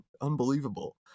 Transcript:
Unbelievable